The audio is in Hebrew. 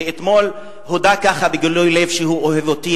שאתמול הודה בגילוי לב שהוא אוהב אותי,